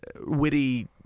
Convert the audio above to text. Witty